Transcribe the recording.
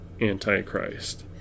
Antichrist